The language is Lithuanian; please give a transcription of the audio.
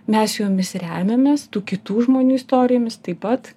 mes jomis remiamės tų kitų žmonių istorijomis taip pat